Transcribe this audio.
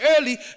early